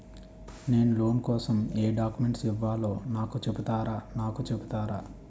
నేను లోన్ కోసం ఎం డాక్యుమెంట్స్ ఇవ్వాలో నాకు చెపుతారా నాకు చెపుతారా?